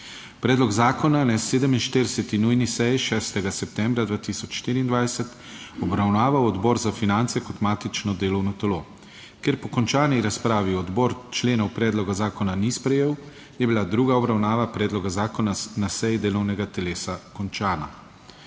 (Nadaljevanje) 6. septembra 2024 obravnaval Odbor za finance kot matično delovno telo. Ker po končani razpravi odbor členov predloga zakona ni sprejel, je bila druga obravnava predloga zakona na seji delovnega telesa končana.